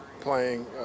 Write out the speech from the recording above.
Playing